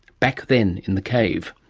back then in the cave.